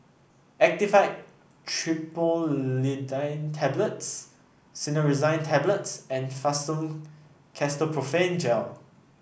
Actifed Triprolidine Tablets Cinnarizine Tablets and Fastum Ketoprofen Gel